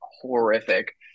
horrific